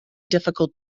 difficult